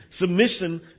Submission